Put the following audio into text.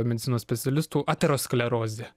medicinos specialistų ateroskleroze